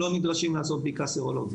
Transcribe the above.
נדרשים לעשות בדיקה סרולוגית.